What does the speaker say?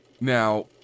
Now